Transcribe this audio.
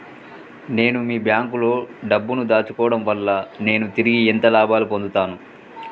నేను మీ బ్యాంకులో డబ్బు ను దాచుకోవటం వల్ల నేను తిరిగి ఎంత లాభాలు పొందుతాను?